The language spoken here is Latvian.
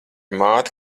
māti